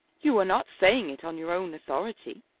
you are not saying it on your own authority.